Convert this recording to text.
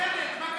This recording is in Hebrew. מרצ, מה קרה לכם?